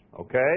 Okay